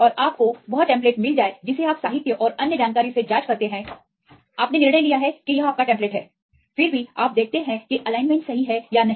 और आपको वह टेम्पलेट मिल जाए जिसे आप साहित्य और अन्य जानकारी से जांच करते हैं आपने निर्णय लिया है कि यह आपका टेम्पलेट है फिर भी आप देखते हैं कि एलाइनमेंट सही है या नहीं